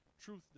Truth